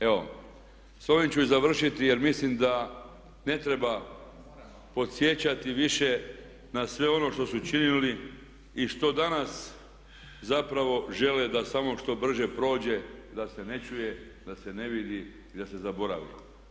Evo s ovim ću i završiti jer mislim da ne treba podsjećati više na sve ono što su činili i što danas zapravo žele da samo što brže prođe da se ne čuje, da se ne vidi, da se zaboravi.